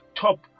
top